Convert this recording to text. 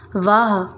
वाह